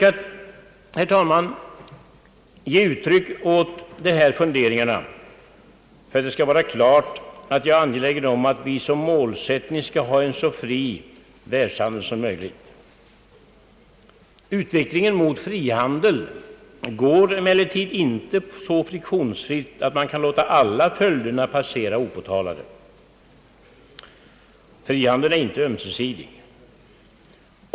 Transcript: Jag har önskat ge uttryck åt dessa funderingar för att det skall stå klart att jag är angelägen om att vi som målsättning skall ha en så fri världshandel som möjligt. Utvecklingen mot frihandel går emellertid inte så friktionsfritt att man kan låta alla följderna därav passera opåtalade. Frihandeln är inte ömsesidig.